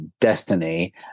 destiny